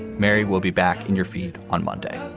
mary will be back on your feet on monday